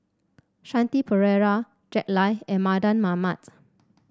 Shanti Pereira Jack Lai and Mardan Mamat